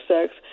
sex